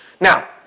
Now